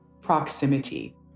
Proximity